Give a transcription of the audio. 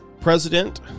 president